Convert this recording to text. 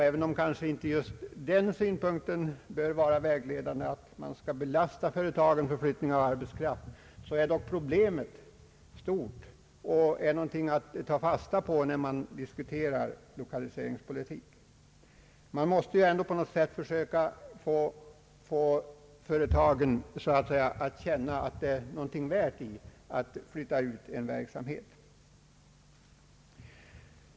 även om kanske inte just den synpunkten att man belastar företagen för denna flyttning av arbetskraft bör vara vägledande, är dock problemet stort och något att fundera över när man diskuterar lokaliseringspolitik. Det gäller att på något sätt försöka få företagen att känna att det ligger ett värde i att flytta ut verksamheten till Norrland.